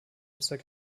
zwecke